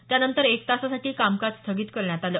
त्यानंतर एक तासासाठी कामकाज स्थगित करण्यात आलं